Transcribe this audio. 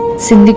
same